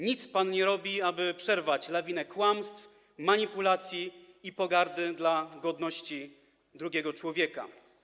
Nic pan nie robi, aby przerwać lawinę kłamstw, manipulacji i pogardy dla godności drugiego człowieka.